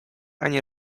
ani